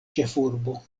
ĉefurbo